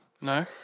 no